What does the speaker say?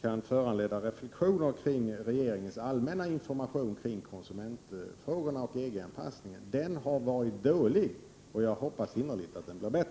kan föranleda reflexioner kring regeringens allmänna information kring konsumentfrågorna och EG-anpassningen. Den informationen har varit dålig, och jag hoppas innerligt att den blir bättre.